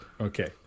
okay